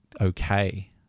okay